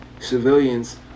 civilians